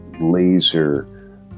laser